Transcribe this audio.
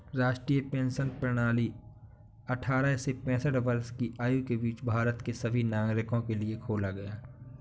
राष्ट्रीय पेंशन प्रणाली अट्ठारह से पेंसठ वर्ष की आयु के बीच भारत के सभी नागरिकों के लिए खोला गया